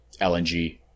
LNG